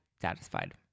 satisfied